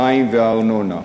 המים והארנונה.